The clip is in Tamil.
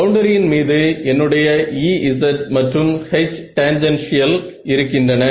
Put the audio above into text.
பவுண்டரியின் மீது என்னுடைய Ez மற்றும் H டேன்ஜென்ஷியல் இருக்கின்றன